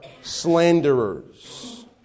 slanderers